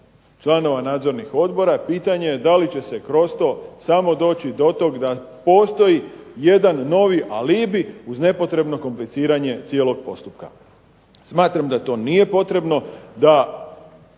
članova nadzornih odbora pitanje je da li će se kroz to samo doći do tog da postoji jedan novi alibi uz nepotrebno kompliciranje cijelog postupka. Smatram da to nije potrebno, da